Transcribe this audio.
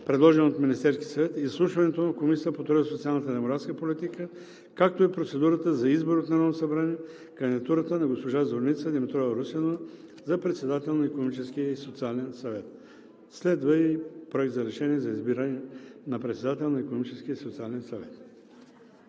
предложен от Министерски съвет, изслушването му в Комисията по труда, социалната и демографската политика, както и процедурата за избор от Народното събрание кандидатурата на госпожа Зорница Димитрова Русинова за председател на Икономическия и социален съвет.“ Следва Проект за решение за избиране на председател на Икономическия и социален съвет.